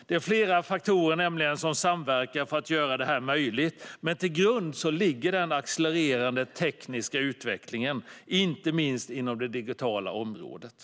Det är flera faktorer som samverkar för att göra detta möjligt, men till grund ligger den accelererande tekniska utvecklingen, inte minst inom det digitala området.